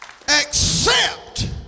accept